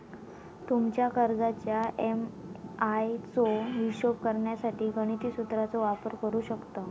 तुमच्या कर्जाच्या ए.एम.आय चो हिशोब करण्यासाठी गणिती सुत्राचो वापर करू शकतव